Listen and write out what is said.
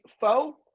foe